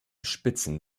spitzen